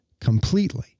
completely